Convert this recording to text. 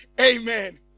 Amen